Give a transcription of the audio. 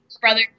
brother